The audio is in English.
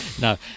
no